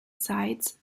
sides